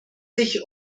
sich